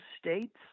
states